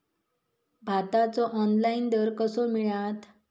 भाताचो ऑनलाइन दर कसो मिळात?